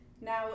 Now